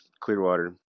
Clearwater